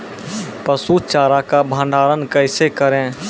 पसु चारा का भंडारण कैसे करें?